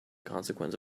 consequence